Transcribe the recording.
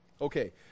Okay